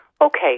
Okay